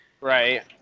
right